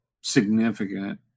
significant